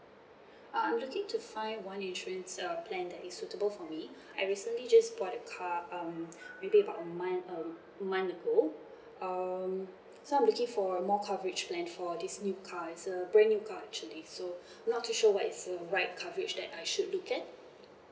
uh I'm looking to find one insurance uh plan that is suitable for me I recently just bought a car um maybe about a month a month ago um so I'm looking for more coverage plan for this new car is a brand new car actually so not too sure what is uh right coverage that I should look at